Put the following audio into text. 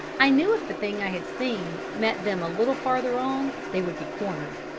i knew if the thing i had seen met them a little farther on, they would be cornered,